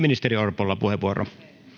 ministeri orpolla puheenvuoro